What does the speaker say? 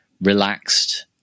relaxed